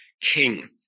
king